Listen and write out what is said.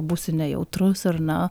būsiu nejautrus ar na